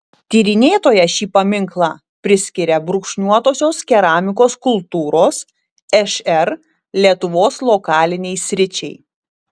tyrinėtoja šį paminklą priskiria brūkšniuotosios keramikos kultūros šr lietuvos lokalinei sričiai